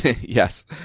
Yes